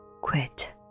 quit